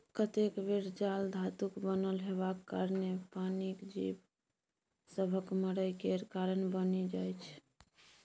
कतेक बेर जाल धातुक बनल हेबाक कारणेँ पानिक जीब सभक मरय केर कारण बनि जाइ छै